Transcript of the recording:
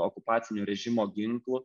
okupacinių režimo ginklu